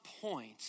point